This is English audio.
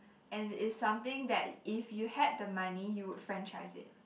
and it is something that if you had the money you would franchise it